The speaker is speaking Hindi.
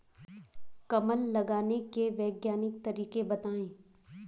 कमल लगाने के वैज्ञानिक तरीके बताएं?